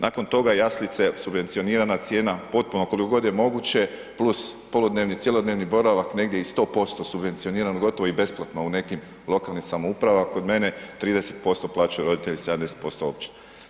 Nakon toga jaslice subvencioniran cijena, potpuno koliko god je moguće plus poludnevni, cjelodnevni boravak negdje i 100% subvencioniran gotovo i besplatno u nekim lokalnim samoupravama, kod mene 30% plaćaju roditelji, 70% općina.